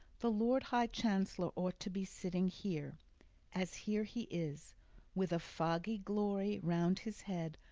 the lord high chancellor ought to be sitting here as here he is with a foggy glory round his head,